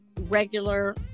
regular